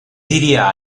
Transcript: diria